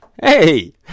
Hey